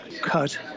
cut